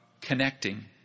connecting